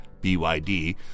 BYD